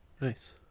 nice